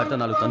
another